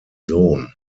sohn